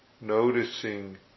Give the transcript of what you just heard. noticing